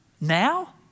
now